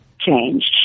changed